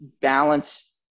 balance